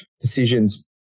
decisions